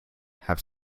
have